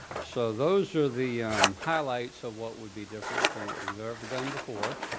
so those are the highlights of what would be different from what we've ever done before.